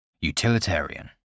utilitarian